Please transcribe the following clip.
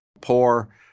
poor